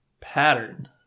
pattern